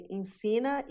ensina